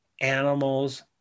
animals